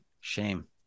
Shame